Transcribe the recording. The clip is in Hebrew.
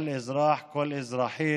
כל אזרח, כל אזרחית,